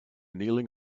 kneeling